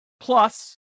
Plus